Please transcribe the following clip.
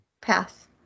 Pass